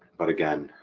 but again